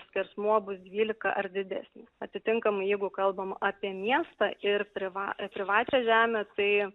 skersmuo bus dvylika ar didesnis atitinkamai jeigu kalbam apie miestą ir priva privačią žemę tai